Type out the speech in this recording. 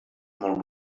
molt